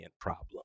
problem